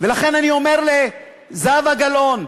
ולכן אני אומר לזהבה גלאון,